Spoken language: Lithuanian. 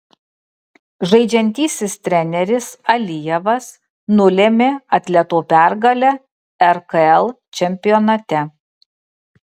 žaidžiantysis treneris alijevas nulėmė atleto pergalę rkl čempionate